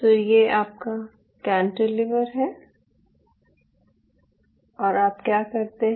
तो ये आपका कैंटिलीवर है और आप क्या करते हैं